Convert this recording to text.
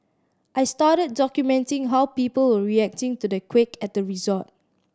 I started documenting how people were reacting to the quake at the resort